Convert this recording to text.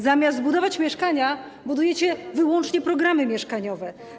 Zamiast budować mieszkania, budujecie wyłącznie programy mieszkaniowe.